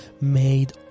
made